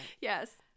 Yes